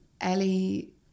Ellie